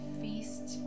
feast